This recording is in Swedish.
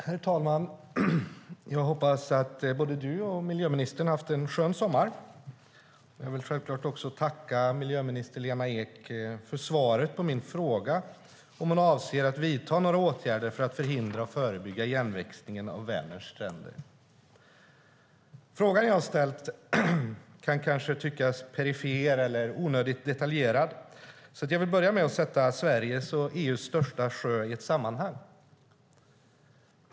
Herr talman! Jag hoppas att både herr talmannen och miljöministern har haft en skön sommar. Jag vill självklart tacka miljöminister Lena Ek för svaret på min fråga om hon avser att vidta några åtgärder för att förhindra och förebygga igenväxningen av Vänerns stränder. Frågan jag har ställt kan kanske tyckas vara perifer eller onödigt detaljerad, så jag vill börja med att sätta Sveriges och EU:s största sjö i ett sammanhang.